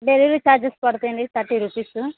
delivery charges పడతాయండి thirty rupees